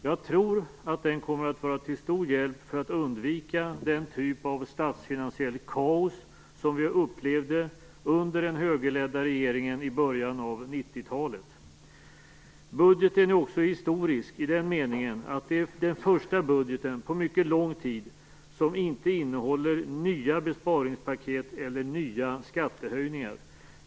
Jag tror att den kommer att vara till stor hjälp för att undvika den typ av statsfinansiellt kaos som vi upplevde under den högerledda regeringen i början av 90-talet. Budgeten är också historisk i den meningen att det är den första budgeten på mycket lång tid som inte innehåller nya besparingspaket eller skattehöjningar.